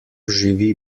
živi